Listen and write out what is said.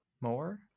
More